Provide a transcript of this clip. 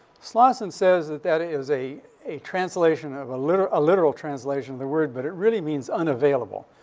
slawson says that that is a a translation of, a literal literal translation of, the word. but it really means unavailable.